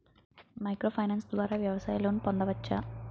Micro finance ద్వారా వ్యవసాయ loan పొందవచ్చా?